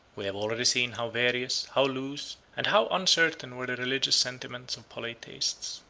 we have already seen how various, how loose, and how uncertain were the religious sentiments of polytheists.